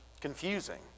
confusing